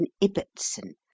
Ibbotson